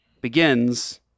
begins